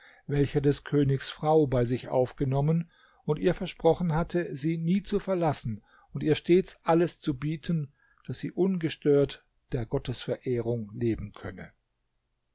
welcher des königs frau bei sich aufgenommen und ihr versprochen hatte sie nie zu verlassen und ihr stets alles zu bieten daß sie ungestört der gottesverehrung leben könne